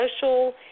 social